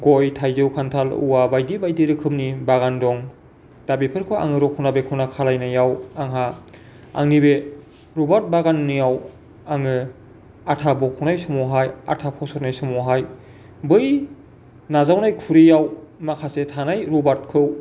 गय थाइजौ खान्थाल औवा बायदि बायदि रोखोमनि बागान दं दा बेफोरखौ आङो रखना बेखना खालायनायाव आंहा आंनि बे रबार बागाननियाव आङो आथा बखनाय समावहाय आथा फसरनाय समावहाय बै नाजावनाय खुरैयाव माखासे थानाय रबारखौ